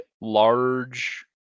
large